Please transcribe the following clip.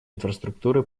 инфраструктуры